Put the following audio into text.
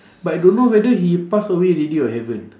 but I don't know whether he pass away already or haven't